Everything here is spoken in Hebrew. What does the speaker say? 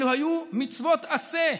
אלו היו מצוות עשה,